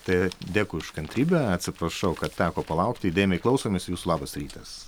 tai dėkui už kantrybę atsiprašau kad teko palaukti įdėmiai klausomės jūsų labas rytas